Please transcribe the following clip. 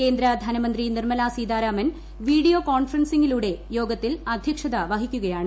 കേന്ദ്രധനമന്ത്രി Nirmala Sitharaman video കോൺഫറൻസിംഗിലൂടെ യോഗത്തിൽ അധ്യക്ഷത വഹിക്കുകയാണ്